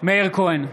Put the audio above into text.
בעד מאיר כהן,